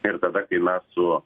ir tada kai mes su